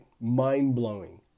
Mind-blowing